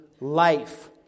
life